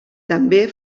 també